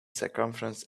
circumference